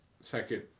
second